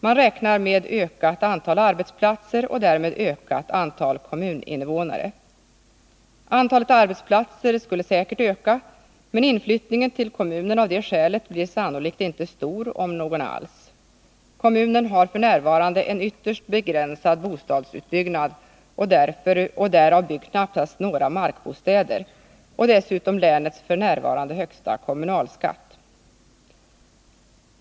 Man räknar med ökat antal arbetsplatser och därmed ökat antal kommuninvånare. Antalet arbetsplatser skulle säkert öka, men inflyttningen till kommunen av det skälet blir sannolikt inte stor, om någon alls. Kommunen har f. n. en ytterst begränsad bostadsutbyggnad, och därav byggs knappast några markbostäder, och dessutom länets f. n. högsta kommunalskatt.